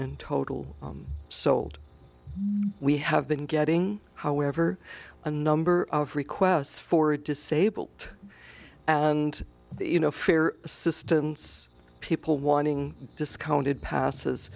in total sold we have been getting however a number of requests for disabled and you know fair assistance people wanting discounted passes